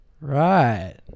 Right